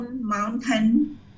mountain